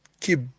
keep